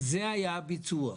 זה היה הביצוע,